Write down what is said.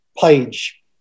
page